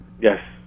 Yes